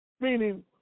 Meaning